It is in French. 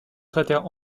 cratère